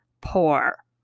poor